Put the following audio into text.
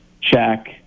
check